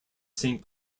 saint